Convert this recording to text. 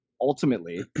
ultimately